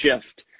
shift